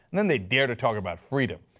then they dare to talk about freedom.